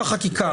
לחלוטין.